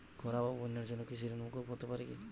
খরা বা বন্যার জন্য কৃষিঋণ মূকুপ হতে পারে কি?